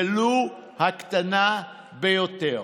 ולו הקטנה ביותר.